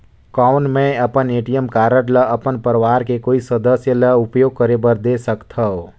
कौन मैं अपन ए.टी.एम कारड ल अपन परवार के कोई सदस्य ल उपयोग करे बर दे सकथव?